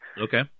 Okay